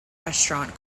restaurant